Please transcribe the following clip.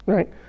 Right